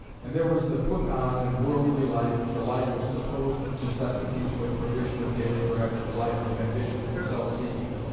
and there was the put on and worldly life, the life of supposed necessities for the provision of daily bread, the life of ambition and self-seeking,